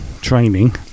training